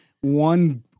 one